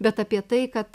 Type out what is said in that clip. bet apie tai kad